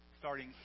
starting